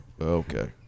Okay